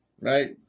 right